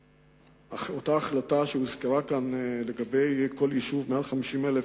אותה החלטה שהוזכרה כאן לגבי כל יישוב מעל 50,000